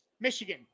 Michigan